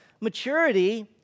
Maturity